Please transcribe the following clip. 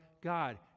God